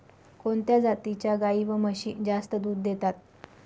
कोणत्या जातीच्या गाई व म्हशी जास्त दूध देतात?